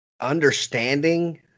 understanding